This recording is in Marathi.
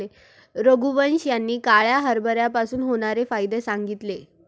रघुवंश यांनी काळ्या हरभऱ्यापासून होणारे फायदे सांगितले